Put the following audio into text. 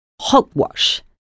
hogwash